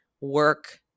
work